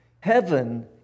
Heaven